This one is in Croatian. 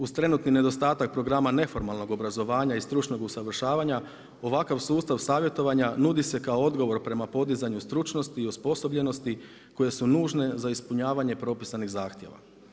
Uz trenutni nedostatak programa neformalnog obrazovanja i stručnog usavršavanja ovakav sustav savjetovanja nudi se kao odgovor prema podizanju stručnosti i osposobljenosti koje su nužne za ispunjavanje propisanih zahtjeva.